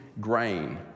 grain